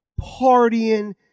partying